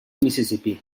mississipí